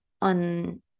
on